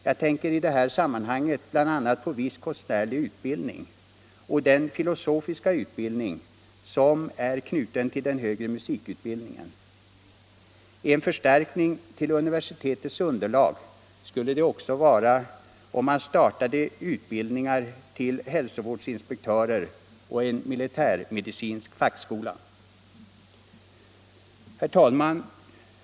Jag tänker i det här sammanhanget bl.a. på viss konstnärlig utbildning och den filosofiska utbildning som är knuten till den högre musikutbildningen. En förstärkning av universitetets underlag skulle det också vara om man startade utbildning till hälsovårdsinspektör och en militärmedicinsk fackskola. Herr talman!